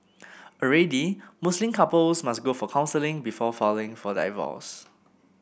already Muslim couples must go for counselling before falling for divorce